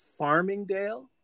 Farmingdale